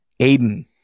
Aiden